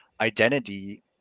identity